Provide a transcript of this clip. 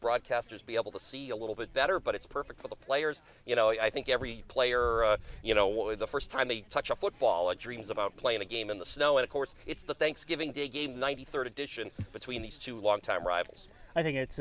broadcasters be able to see a little bit better but it's perfect for the players you know i think every player you know with the first time they touch a football or dreams about playing a game in the snow of course it's the thanksgiving day game ninety third edition between these two long time rivals i think it's